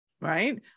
Right